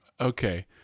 Okay